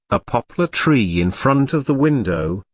a poplar tree in front of the window,